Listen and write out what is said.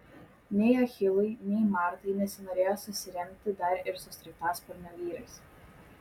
nei achilui nei martai nesinorėjo susiremti dar ir su sraigtasparnio vyrais